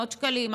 מאות שקלים,